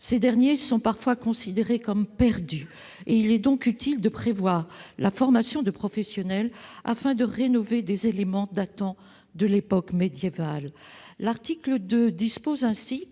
Ces savoir-faire sont parfois considérés comme perdus ; il est donc utile de prévoir la formation de professionnels afin de rénover des éléments datant de l'époque médiévale. L'article 2 dispose ainsi